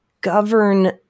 govern